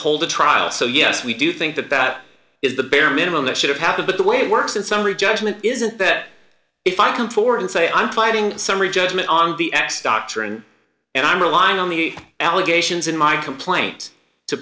hold a trial so yes we do think that that is the bare minimum that should happen but the way it works in summary judgment isn't that if i come forward and say i'm fighting summary judgement on the x doctrine and i rely on the allegations in my complaint to